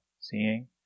seeing